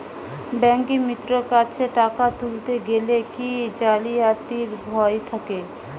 ব্যাঙ্কিমিত্র কাছে টাকা তুলতে গেলে কি জালিয়াতির ভয় থাকে?